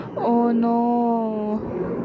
oh no